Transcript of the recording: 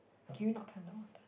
can you not climb the mountain